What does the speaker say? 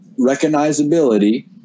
recognizability